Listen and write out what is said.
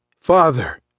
Father